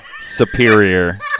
Superior